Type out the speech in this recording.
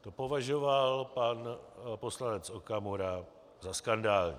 To považoval pan poslanec Okamura za skandální.